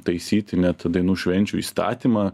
taisyti net dainų švenčių įstatymą